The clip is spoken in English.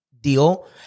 deal